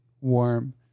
warm